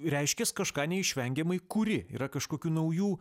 reiškias kažką neišvengiamai kuri yra kažkokių naujų